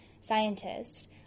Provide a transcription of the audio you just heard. scientist